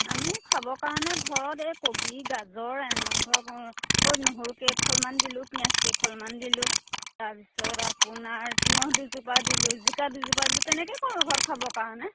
আমি খাবৰ কাৰণে ঘৰত এই কবি গাজৰ এনে ধৰক নহৰুকেইখলিমান দিলোঁ পিঁয়াজকেইখলিমান দিলোঁ তাৰ পিছত আপোনাৰ তিয়ঁহ দুজোপা দিলোঁ জিকা দুজোপা দিলোঁ তেনেকৈ কৰোঁ ঘৰত খাবৰ কাৰণে